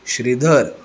Shridhar